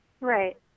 right